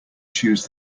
chose